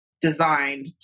designed